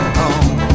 home